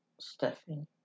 stuffing